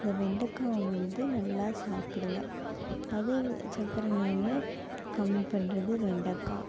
அந்த வெண்டக்காயை வந்து நல்லா சாப்பிடுங்க அதும் சர்க்கரை நோயை கம்மி பண்ணுறது வெண்டக்காய்